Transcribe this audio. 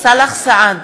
סאלח סעד,